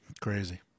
Crazy